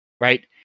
right